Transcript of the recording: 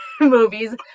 movies